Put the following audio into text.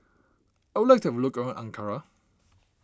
I would like to have a look around Ankara